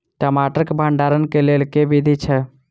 टमाटर केँ भण्डारण केँ लेल केँ विधि छैय?